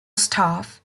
staff